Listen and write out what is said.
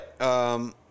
right